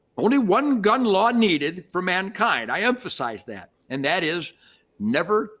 only one gun law needed for mankind. i emphasize that. and that is never